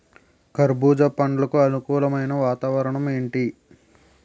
కర్బుజ పండ్లకు అనుకూలమైన వాతావరణం ఏంటి?